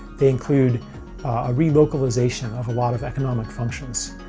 they include a relocalization of a lot of economic functions.